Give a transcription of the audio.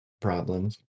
problems